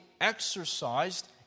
exercised